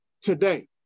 Today